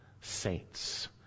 saints